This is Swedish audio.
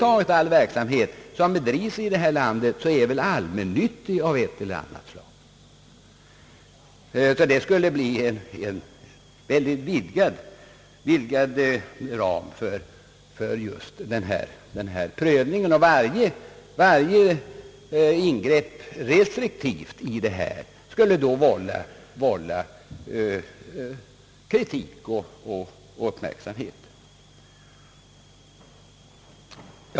All verksamhet som bedrivs i detta land är ju på ett eller annat sätt allmännyttig. Det skulle bli ytterst svårt att sätta gränsen. Varje restriktivt ingrepp skulle vålla kritik och uppmärksamhet.